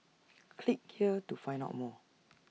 click here to find out more